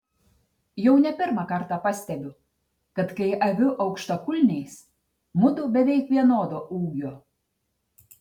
jau ne pirmą kartą pastebiu kad kai aviu aukštakulniais mudu beveik vienodo ūgio